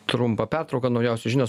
trumpą pertrauką naujausios žinios